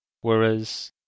Whereas